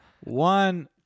One